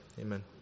amen